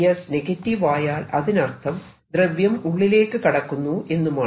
ds negative ആയാൽ അതിനർത്ഥം ദ്രവ്യം ഉള്ളിലേക്ക് കടക്കുന്നു എന്നുമാണ്